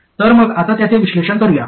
तर मग आता त्याचे विश्लेषण करूया